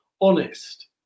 honest